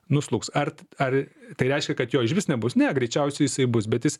nuslūgs ar ar tai reiškia kad jo išvis nebus ne greičiausiai jisai bus bet jis